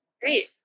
great